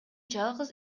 жалгыз